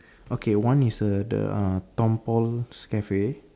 okay one is a the uh Tom Paul's cafe